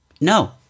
No